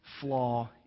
flaw